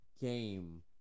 game